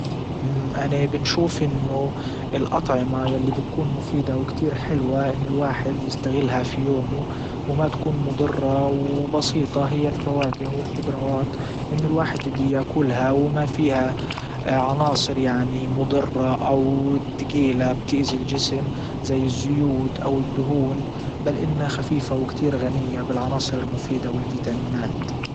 مم انا بنشوف انه الاطعمة يلي بتكون مفيدة وكتير حلوة انه الواحد يستغلها في يومه وما تكون مضرة وبسيطة هي الفواكه والخضروات انه الواحد بياكلها وما فيها عناصر يعني مضرة او تجيلة بتأذي الجسم زي زيوت او الدهون بل انها خفيفة وكتير غنية بالعناصر المفيدة والفيتامينات.